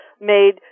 made